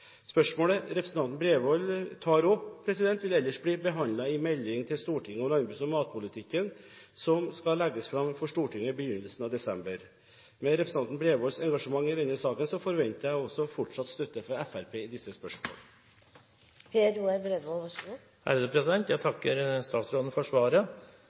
Spørsmålet representanten Bredvold tar opp, vil ellers bli behandlet i melding til Stortinget om landbruks- og matpolitikken som skal legges fram for Stortinget i begynnelsen av desember. Med representanten Bredvolds engasjement i denne saken forventer jeg også fortsatt støtte fra Fremskrittspartiet i disse